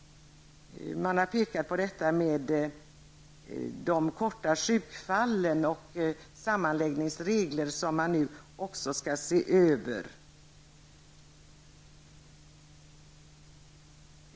Man har påpekat detta med de korta sjukfallen och sammanläggningsreglerna. Det skall man också se över nu.